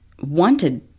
wanted